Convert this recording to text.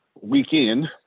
Weekend